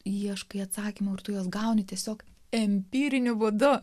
ieškai atsakymų ir tu juos gauni tiesiog empiriniu būdu